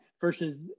versus